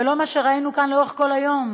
ולא מה שראינו כאן לאורך כל היום,